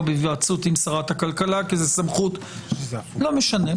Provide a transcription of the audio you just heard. בהיוועצות עם שרת הכלכלה כי זו סמכות לא משנה.